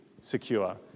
secure